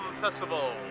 Festival